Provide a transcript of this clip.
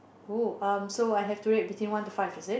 oh um so I have to rate between one to five is it